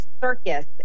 circus